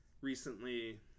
recently